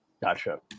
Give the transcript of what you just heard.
Gotcha